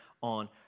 on